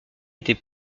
était